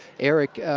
erick